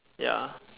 ya